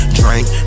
drink